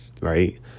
Right